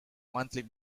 monthly